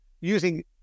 using